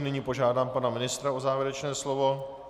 Nyní požádám pana ministra o závěrečné slovo.